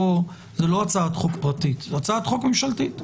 זה לא הצעת חוק פרטית אלא הצעת חוק ממשלתית.